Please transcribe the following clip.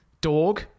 Dog